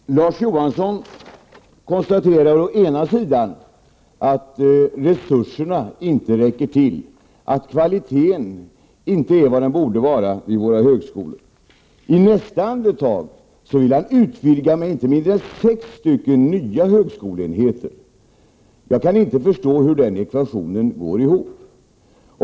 Fru talman! Larz Johansson konstaterar att resurserna inte räcker till, att kvaliteten på våra högskolor inte vad den borde vara. Men i nästa andetag säger han att han vill utvidga verksamheten med inte mindre än sex nya högskoleenheter. Jag kan inte få den ekvationen att gå ihop.